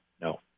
No